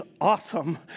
awesome